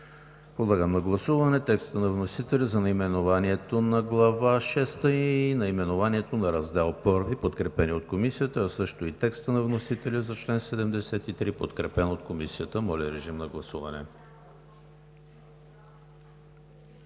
Подлагам на гласуване текста на вносителя за наименованието на Глава шеста и наименованието на Раздел I, подкрепени от Комисията, а също и текста на вносителя за чл. 73, подкрепен от Комисията. Гласували